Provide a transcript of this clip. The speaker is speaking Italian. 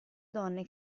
donne